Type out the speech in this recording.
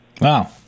Wow